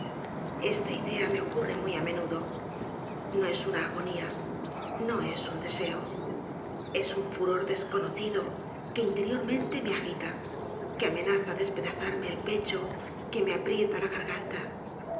esta idea me ocurre muy á menudo no es una aginia no es un deseo es un furor desconocido que interiormente me agita que amenaza despedazarme el pecho que me aprieta la garganta